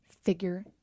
figure